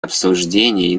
обсуждений